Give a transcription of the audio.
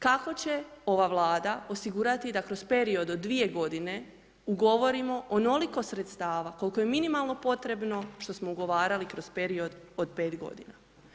Kako će ova Vlada osigurati da kroz period od dvije godine ugovorimo onoliko sredstava koliko je minimalno potrebno što smo ugovarali kroz period od 5 godina.